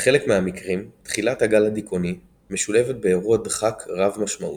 בחלק מהמקרים תחילת הגל הדיכאוני משולבת באירוע דחק רב משמעות.